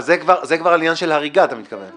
זה כבר עניין של הריגה, אתה מתכוון.